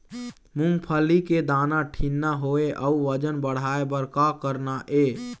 मूंगफली के दाना ठीन्ना होय अउ वजन बढ़ाय बर का करना ये?